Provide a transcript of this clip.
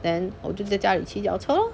then 我就在家里骑脚车咯